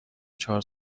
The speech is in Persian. چهار